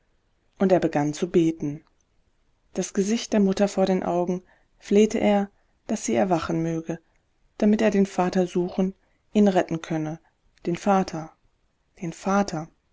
und er begann zu beten das gesicht der mutter vor den augen flehte er daß sie erwachen möge damit er den vater suchen ihn retten könne den vater den vater